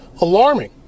alarming